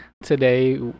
Today